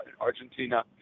Argentina